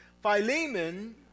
Philemon